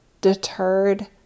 deterred